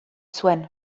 zuen